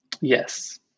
Yes